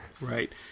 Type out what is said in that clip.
Right